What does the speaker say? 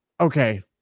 Okay